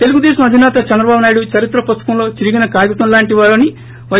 తెలుగుదేశం అధిసేత చంద్రబాబు నాయుడు చరిత్ర పుస్తకంలో చిరిగిన కాగితం లాంటి వారు అని పై